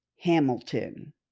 Hamilton